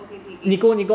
okay okay okay